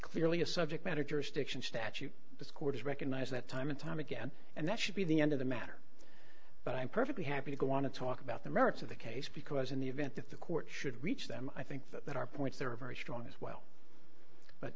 clearly a subject matter jurisdiction statute this court has recognized that time and time again and that should be the end of the matter but i'm perfectly happy to go on to talk about the merits of the case because in the event that the court should reach them i think that there are points there are very strong as well but